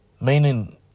Meaning